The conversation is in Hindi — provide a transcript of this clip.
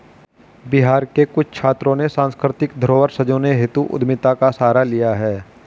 बिहार के कुछ छात्रों ने सांस्कृतिक धरोहर संजोने हेतु उद्यमिता का सहारा लिया है